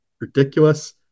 ridiculous